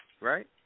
Right